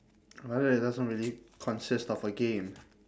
like that it doesn't really consist of a game